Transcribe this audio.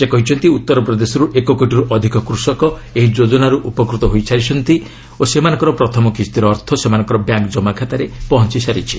ସେ କହିଛନ୍ତି ଉଉରପ୍ରଦେଶରୁ ଏକ କୋଟିରୁ ଅଧିକ କୃଷକ ଏହି ଯୋଜନାରୁ ଉପକୃତ ହୋଇସାରିଛନ୍ତି ଓ ସେମାନଙ୍କର ପ୍ରଥମ କିଓ୍ଡିର ଅର୍ଥ ସେମାନଙ୍କର ବ୍ୟାଙ୍କ୍ କମାଖାତାରେ ପହଞ୍ଚି ସାରିଛି